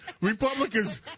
Republicans